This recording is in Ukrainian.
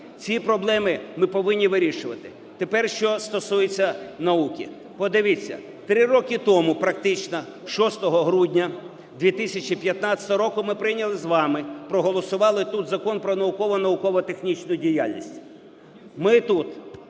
ці проблеми ми повинні вирішувати. Тепер, що стосується науки. Подивіться, три роки тому практично, 6 грудня 2015 року, ми прийняли з вами, проголосували тут Закон "Про наукову і науково-технічну діяльність". Ми тут